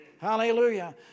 Hallelujah